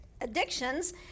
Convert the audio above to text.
addictions